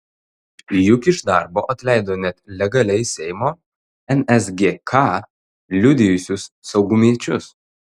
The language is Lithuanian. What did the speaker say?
juk iš darbo atleido net legaliai seimo nsgk liudijusius saugumiečius